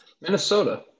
Minnesota